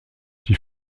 die